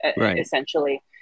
essentially